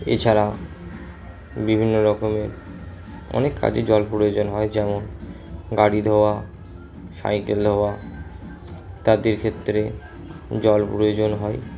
এছাড়া বিভিন্ন রকমের অনেক কাজে জল প্রয়োজন হয় যেমন গাড়ি ধোয়া সাইকেল ধোয়া ইত্যাদির ক্ষেত্রে জল প্রয়োজন হয়